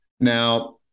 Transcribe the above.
now